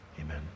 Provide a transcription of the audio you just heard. amen